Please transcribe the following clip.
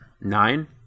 nine